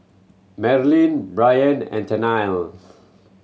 Marilyn Brien and Tennille